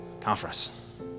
conference